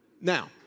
Now